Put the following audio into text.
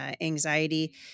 anxiety